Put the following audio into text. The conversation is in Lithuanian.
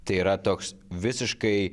tai yra toks visiškai